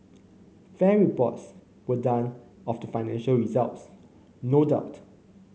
fair reports were done of the financial results no doubt